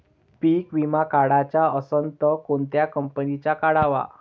पीक विमा काढाचा असन त कोनत्या कंपनीचा काढाव?